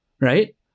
right